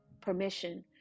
permission